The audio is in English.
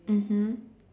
mmhmm